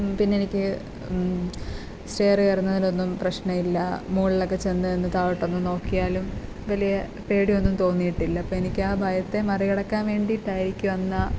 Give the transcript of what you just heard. പിന്നെ എനിക്ക് സ്റ്റെയർ കയറുന്നതിലൊന്നും പ്രശ്നമില്ല മുകളിലൊക്കെ ചെന്ന് നിന്ന് താഴോട്ടൊന്ന് നോക്കിയാലും വലിയ പേടി ഒന്നും തോന്നിട്ടില്ല അപ്പം എനിക്കാ ഭയത്തെ മറികടക്കാൻ വേണ്ടിയിട്ടായിരിക്കും അന്നാ